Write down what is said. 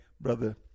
Brother